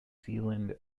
zealand